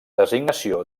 designació